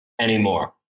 anymore